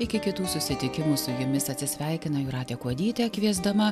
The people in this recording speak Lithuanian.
iki kitų susitikimų su jumis atsisveikina jūratė kuodytė kviesdama